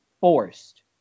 forced